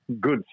good